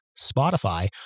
Spotify